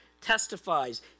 testifies